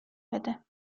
بده